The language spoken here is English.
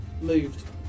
moved